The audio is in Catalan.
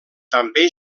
també